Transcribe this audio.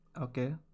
Okay